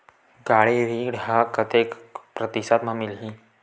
गाड़ी ऋण ह कतेक प्रतिशत म मिलही?